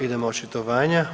Idemo očitovanja.